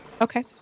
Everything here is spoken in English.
Okay